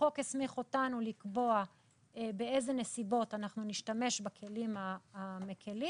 החוק הסמיך אותנו לקבוע באילו נסיבות אנחנו נשתמש בכלים המקלים.